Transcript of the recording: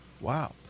Wow